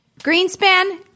Greenspan